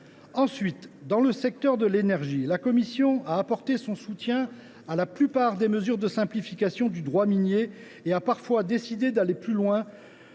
qui concerne le secteur de l’énergie, la commission a apporté son soutien à la plupart des mesures de simplification du droit minier. Elle a parfois décidé d’aller plus loin